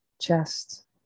chest